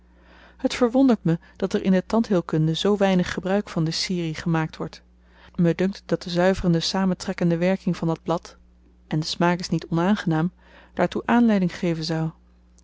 het verwondert me dat er in de tandheelkunde zoo weinig gebruik van de sirie gemaakt wordt me dunkt dat de zuiverende samentrekkende werking van dat blad en de smaak is niet onaangenaam daartoe aanleiding geven zou